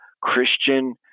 Christian